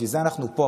בשביל זה אנחנו פה,